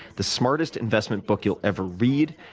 the smartest investment book you'll ever read.